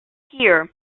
here